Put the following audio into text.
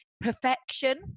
perfection